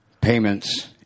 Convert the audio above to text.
payments